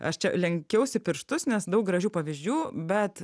aš čia lenkiausi pirštus nes daug gražių pavyzdžių bet